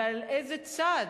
ועל איזה צד,